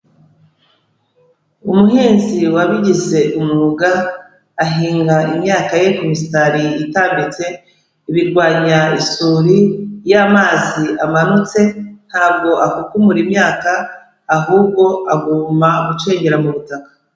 Umuhinzi wabigize umwuga, ahinga imyaka ye ku misitari itambitse, ibirwanya suri, iyo amazi amanutse ntabwo akukumura imyaka, ahubwo agomba gucengera mu butaka.